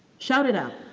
shout it out.